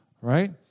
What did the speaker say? right